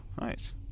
nice